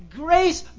grace